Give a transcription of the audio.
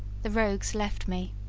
the rogues left me.